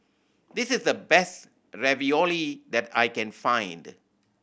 this is the best Ravioli that I can find